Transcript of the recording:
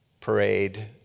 parade